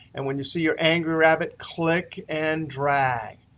and when you see your angry rabbit, click and drag.